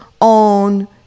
on